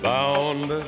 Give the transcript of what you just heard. Bound